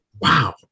wow